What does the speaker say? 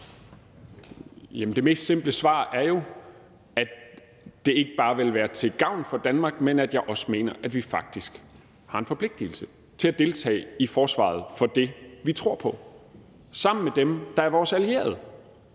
det mest simple svar er jo, at det ikke bare vil være til gavn for Danmark, men at jeg også mener, at vi faktisk har en forpligtelse til at deltage i forsvaret for det, vi tror på, sammen med dem, der er vores allierede.